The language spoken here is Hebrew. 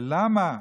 ולמה?